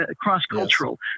cross-cultural